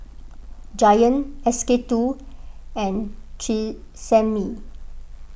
Giant SK two and Tresemme